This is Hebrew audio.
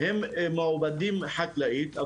הן מעובדות חקלאית,